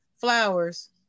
flowers